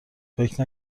فکر